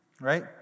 Right